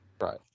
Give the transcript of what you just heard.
Right